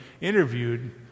interviewed